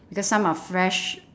because some are fresh